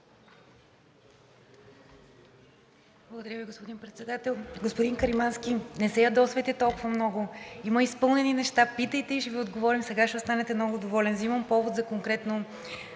Благодаря Ви, господин Председател. Господин Каримански, не се ядосвайте толкова много. Има изпълнени неща. Питайте и ще Ви отговорим. Сега ще останете много доволен. Взимам повод конкретно